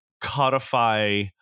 codify